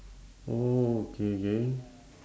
orh K K